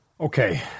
Okay